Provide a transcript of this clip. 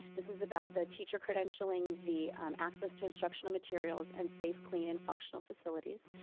this is about the teacher credentialing, the access to instructional materials, and safe, clean and functional facilities.